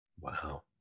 Wow